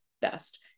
best